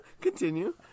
Continue